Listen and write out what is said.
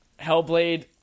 Hellblade